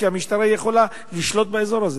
שהמשטרה יכולה לשלוט באזור הזה.